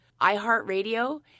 iHeartRadio